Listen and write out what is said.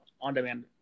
on-demand